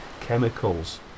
chemicals